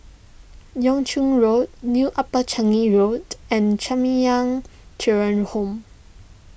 Yuan Ching Road New Upper Changi Road and Jamiyah Children's Home